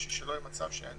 כדי שלא יהיה מצב שאין